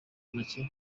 make